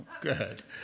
good